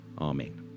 Amen